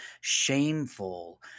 shameful